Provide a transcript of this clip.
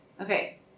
Okay